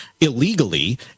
illegally